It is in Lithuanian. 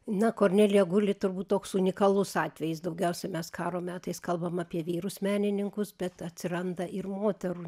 na kornelija guli turbūt toks unikalus atvejis daugiausiai mes karo metais kalbam apie vyrus menininkus bet atsiranda ir moterų